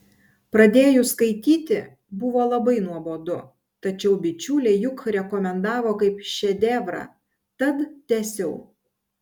pradėjus skaityti buvo labai nuobodu tačiau bičiuliai juk rekomendavo kaip šedevrą tad tęsiau